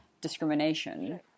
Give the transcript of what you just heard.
discrimination